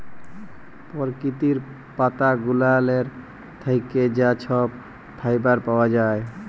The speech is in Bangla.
পরকিতির পাতা গুলালের থ্যাইকে যা ছব ফাইবার পাউয়া যায়